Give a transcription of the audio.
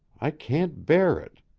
i can't bear it.